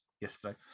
yesterday